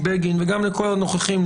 לכל הנוכחים,